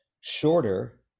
shorter